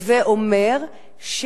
הווי אומר,